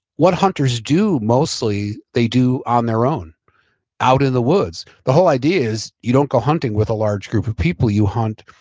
what hunters do mostly, they do on their own out in the woods. the whole idea is, you don't go hunting with a large group of people. you hunt,